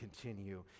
continue